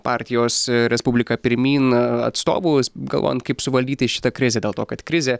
partijos respublika pirmyn atstovų galvojant kaip suvaldyti šitą krizę dėl to kad krizė